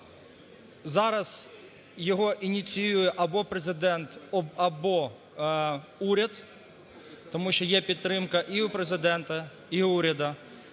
Зараз його ініціює або Президент, або уряд, тому що є підтримка і Президента, і уряду.